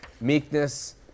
meekness